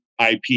IP